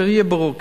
שיהיה ברור כאן,